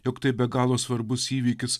jog tai be galo svarbus įvykis